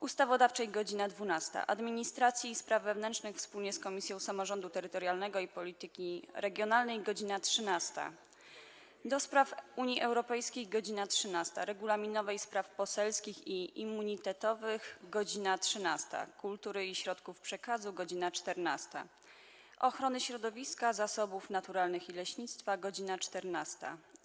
Ustawodawczej - godz. 12, - Administracji i Spraw Wewnętrznych wspólnie z Komisją Samorządu Terytorialnego i Polityki Regionalnej - godz. 13, - do Spraw Unii Europejskiej - godz. 13, - Regulaminowej, Spraw Poselskich i Immunitetowych - godz. 13, - Kultury i Środków Przekazu - godz. 14, - Ochrony Środowiska, Zasobów Naturalnych i Leśnictwa - godz. 14,